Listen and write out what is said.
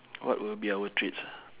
what will be our treats ah